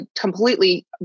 completely